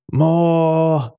more